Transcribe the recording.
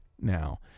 now